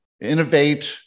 innovate